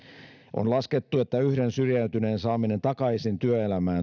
on laskettu että yhden syrjäytyneen saaminen takaisin työelämään